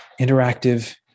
interactive